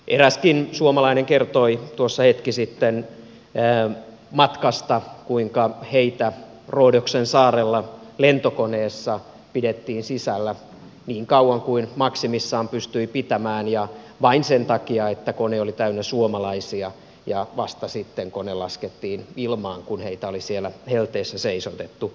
eräskin suomalainen kertoi tuossa hetki sitten matkasta kuinka heitä rhodoksen saarella lentokoneessa pidettiin sisällä niin kauan kuin maksimissaan pystyi pitämään ja vain sen takia että kone oli täynnä suomalaisia ja vasta sitten kone laskettiin ilmaan kun heitä oli siellä helteessä seisotettu